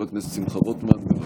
חבר הכנסת שמחה רוטמן, בבקשה.